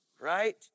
right